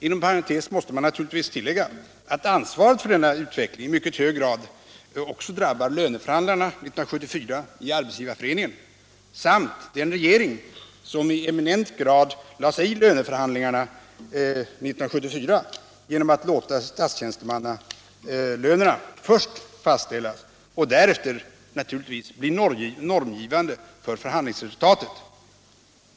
Inom parentes måste man naturligtvis tillägga att ansvaret för denna utveckling i mycket hög grad också drabbar Arbetsgivareföreningens löneförhandlare 1974 och den regering som i eminent grad lade sig i löneförhandlingarna det året genom att låta statstjänstemannalönerna fastställas först och därigenom naturligtvis bli normgivande för förhandlingsresultatet.